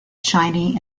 shiny